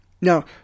Now